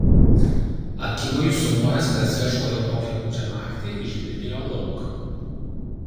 akimoju sumojęs kas ieško jo tokią gūdžią naktį išbildėjo lauk